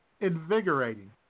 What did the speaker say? Invigorating